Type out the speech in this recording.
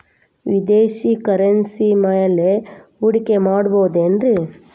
ವಿದೇಶಿ ಕರೆನ್ಸಿ ಮ್ಯಾಲೆ ಹೂಡಿಕೆ ಮಾಡಬಹುದೇನ್ರಿ?